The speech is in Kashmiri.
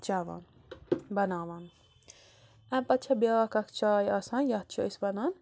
چٮ۪وان بناوان اَمہِ پَتہٕ چھےٚ بیاکھ اَکھ چاے آسان یَتھ چھِ أسۍ وَنان